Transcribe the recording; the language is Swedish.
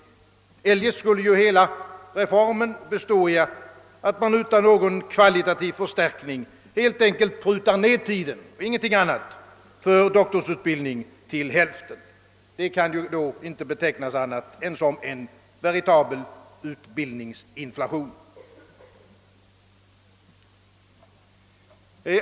Eljest skulle hela reformen bestå i att man utan någon kvalitativ förstärkning helt enkelt prutar ned tiden — ingenting annat — för doktorsutbildningen till hälften. Det kan då inte betecknas som annat än en veritabel utbildningsinflation.